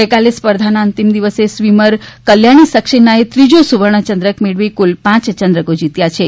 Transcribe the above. ગઈકાલે સ્પર્ધાના અંતિમ દિવસે સ્વિમર કલ્યાણી સકસેનાએ ત્રીજો સુવર્ણ ચંદ્રક મેળવી કુલ પાંચ ચંદ્રકો જીત્યા છે